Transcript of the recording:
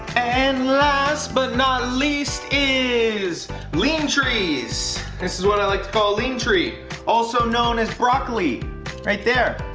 and last but not least is lean trees. this is what i like to call lean tree also known as broccoli right there.